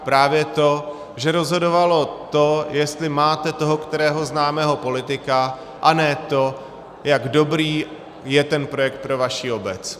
Právě to, že rozhodovalo to, jestli máte toho kterého známého politika, a ne to, jak dobrý je ten projekt pro vaši obec.